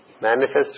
manifest